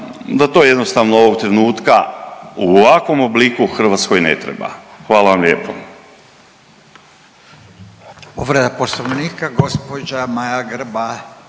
da to jednostavno ovog trenutka u ovakvom obliku Hrvatskoj ne treba. Hvala vam lijepo.